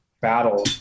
battle